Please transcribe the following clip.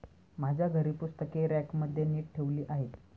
माझ्या घरी पुस्तके रॅकमध्ये नीट ठेवली आहेत